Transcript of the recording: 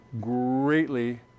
greatly